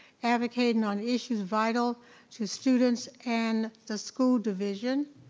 advocating on issues vital to students and the school division.